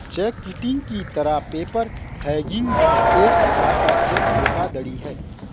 check kiting की तरह paper hanging भी एक प्रकार का चेक धोखाधड़ी है